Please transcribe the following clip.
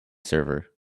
server